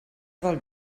dels